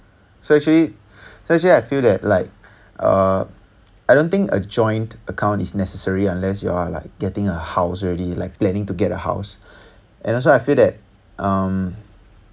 so actually so actually I feel that um I don't think a joint account is necessary unless you're like getting a house already like planning to get a house and also I feel that um